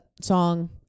song